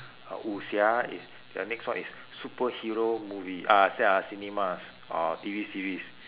uh wuxia if the next one is superhero movie ah see ah cinemas or T_V series